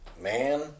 man